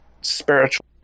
Spiritual